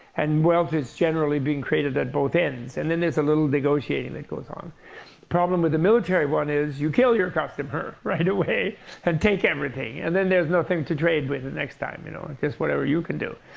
and wealth is generally being created at both ends. and then there's a little negotiating that goes on. the problem with the military one is you kill your customer right away and take everything. and then, there's nothing to trade with the next time you know just whatever you can do.